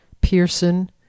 Pearson